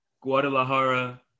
Guadalajara